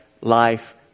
life